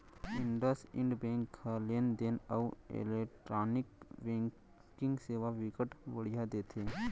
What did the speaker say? IndusInd bank ह लेन देन अउ इलेक्टानिक बैंकिंग सेवा बिकट बड़िहा देथे